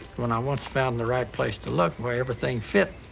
when i once found the right place to look, where everything fit,